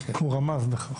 הוא רמז לך.